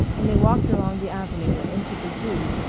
and they walked along the avenue and into the zoo,